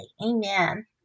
amen